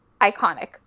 iconic